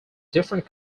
different